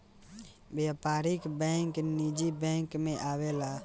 व्यापारिक बैंक निजी बैंक मे आवेला